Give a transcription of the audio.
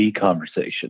conversation